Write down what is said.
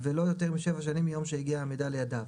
ולא יותר משבע שנים מיום שהגיע המידע לידיו,